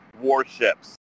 warships